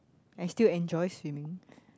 I still enjoy swimming